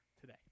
today